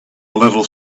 little